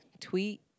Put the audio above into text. Tweet